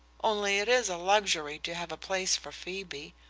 only it is a luxury to have a place for phoebe.